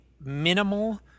minimal